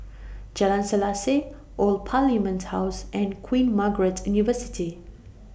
Jalan Selaseh Old Parliament House and Queen Margaret University